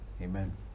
Amen